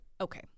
Okay